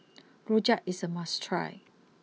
Rojak is a must try